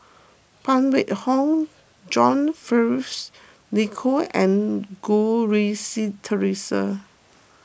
Phan Wait Hong John Fearns Nicoll and Goh Rui Si theresa